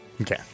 Okay